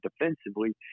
defensively